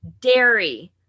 dairy